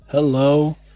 Hello